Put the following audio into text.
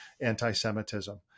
anti-Semitism